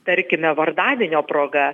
tarkime vardadienio proga